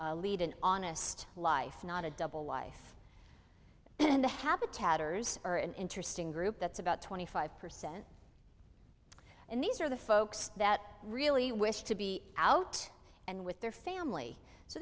lead an honest life not a double life and a habitat hers or an interesting group that's about twenty five percent and these are the folks that really wish to be out and with their family so